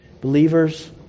Believers